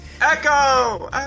Echo